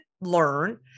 learn